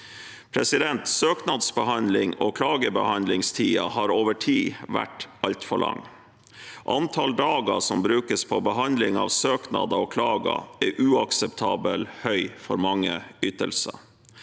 Søknadsbehandlings- og klagebehandlingstiden har over tid vært altfor lang. Antallet dager som brukes på behandling av søknader og klager, er uakseptabelt høyt for mange ytelser.